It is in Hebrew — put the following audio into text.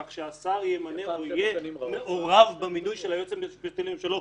כך שהשר ימנה או יהיה מעורב במינוי של היועצים המשפטיים שלו,